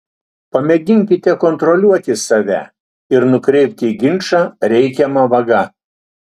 pamėginkite kontroliuoti save ir nukreipti ginčą reikiama vaga